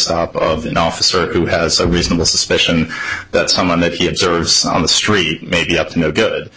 stop of an officer who has a reasonable suspicion that someone that he observes on the street may be up to no good